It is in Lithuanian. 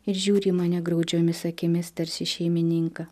ir žiūri į mane graudžiomis akimis tarsi į šeimininką